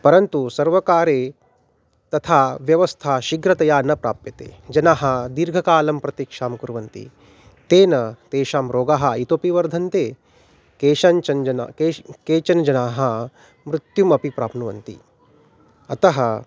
परन्तु सर्वकारे तथा व्यवस्था शीघ्रतया न प्राप्यते जनः दीर्घकालं प्रतिक्षां कुर्वन्ति तेन तेषां रोगाः इतोपि वर्धन्ते केषाञ्चनजनाः केश् केचनजनाः मृत्युमपि प्राप्नुवन्ति अतः